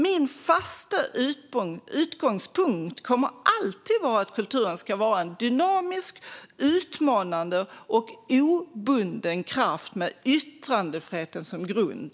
Min fasta utgångspunkt kommer alltid att vara att kulturen ska vara en dynamisk, utmanande och obunden kraft med yttrandefriheten som grund.